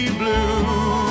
blue